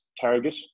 target